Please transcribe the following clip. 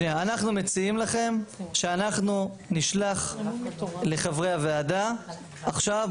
אנחנו מציעים לכם שאנחנו נשלח לחברי הוועדה עכשיו,